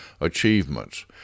achievements